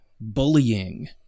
bullying